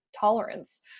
tolerance